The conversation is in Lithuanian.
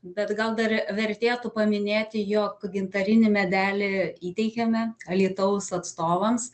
bet gal dar vertėtų paminėti jog gintarinį medelį įteikiame alytaus atstovams